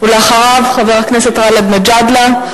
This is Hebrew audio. אחריו, חבר הכנסת גאלב מג'אדלה.